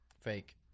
Fake